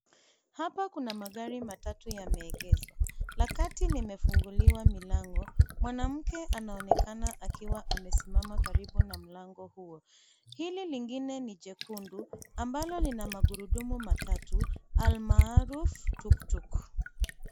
Hapa kuna magari matatu yameegezwa. La kati limefunguliwa milango. Mwanamke anaonekana akiwa amesimama karibu na mlango huo. Hili lingine ni jekundu, ambalo lina magurudumu matatu, almaharufu, tuktuk.